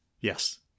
Yes